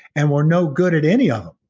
and we're no good at any um